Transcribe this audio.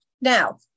Now